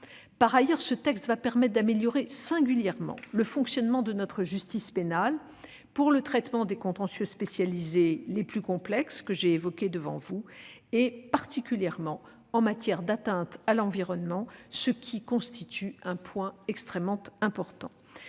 Par ailleurs, ce texte permettra d'améliorer singulièrement le fonctionnement de notre justice pénale pour le traitement des contentieux spécialisés les plus complexes, que j'ai évoqués devant vous, particulièrement en matière d'atteintes à l'environnement, ce qui constitue un point extrêmement important.